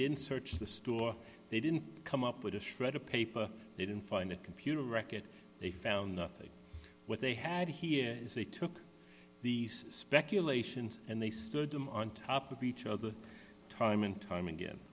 didn't search the store they didn't come up with a shred of paper didn't find a computer record they found nothing what they had here is they took these speculations and they stood them on top of each other time and time again